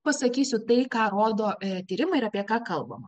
pasakysiu tai ką rodo tyrimai ir apie ką kalbama